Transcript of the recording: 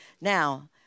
now